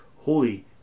holy